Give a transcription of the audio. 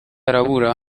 arabura